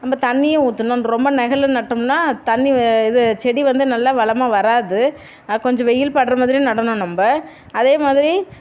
நம்ம தண்ணியும் ஊற்றணும் ரொம்ப நிழல்ல நட்டோம்னா தண்ணி இது செடி வந்து நல்லா வளமாக வராது கொஞ்சம் வெயில் படுற மாதிரி நடணும் நம்ம அதே மாதிரி